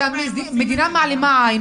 המדינה מעלימה עין,